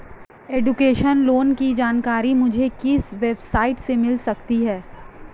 Education loan की जानकारी मुझे किस वेबसाइट से मिल सकती है?